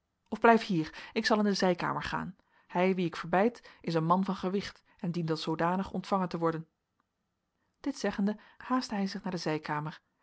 of blijf hier ik zal in de zijkamer gaan hij wien ik verbeid is een man van gewicht en dient als zoodanig ontvangen te worden dit zeggende haastte hij zich naar de zijkamer